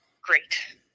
Great